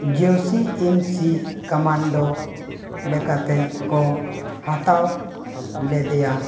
ᱡᱳᱣᱥᱤ ᱮᱢᱥᱤ ᱠᱟᱢᱟᱱᱰᱳ ᱞᱮᱠᱟᱛᱮ ᱠᱚ ᱦᱟᱛᱟᱣ ᱞᱮᱫᱮᱭᱟ